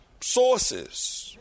sources